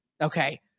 Okay